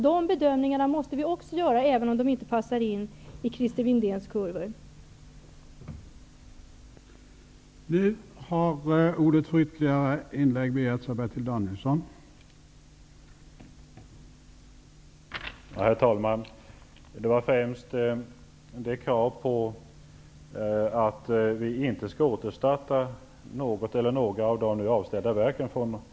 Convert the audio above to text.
De bedömningarna måste vi också göra, även om de inte passar in i Christer Windéns teoretiska kurvor.